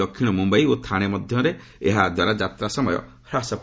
ଦକ୍ଷିଣ ମୁମ୍ବାଇ ଓ ଥାଣେ ମଧ୍ୟ ଏହା ଦ୍ୱାରା ଯାତ୍ରା ସମୟ ହ୍ରାସ ହେବ